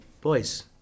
Boys